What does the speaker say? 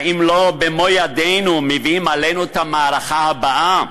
האם לא במו ידינו אנחנו מביאים עלינו את המערכה הבאה?